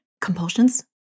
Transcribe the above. compulsions